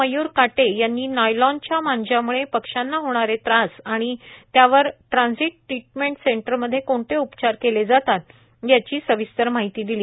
मय्र काटे यांनी नायलॉनच्या मांज्याम्ळे पक्ष्याना होणारे त्रास आणि त्यावर ट्रान्सीट ट्रीटमेंट सेंटर मध्ये कोणते उपचार केले जातात याची सविस्तर माहिती दिली